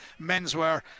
Menswear